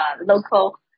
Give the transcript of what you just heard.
local